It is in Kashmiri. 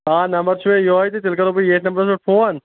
آ نمبر چھُ مےٚ یہوے تہٕ تیٚلہِ کَرو بہٕ ییٚتھ نمبرَس پٮ۪ٹھ فون